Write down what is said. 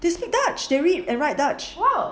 they speak dutch they speak and write dutch